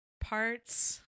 parts